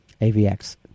AVX